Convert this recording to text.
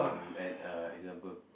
um at uh example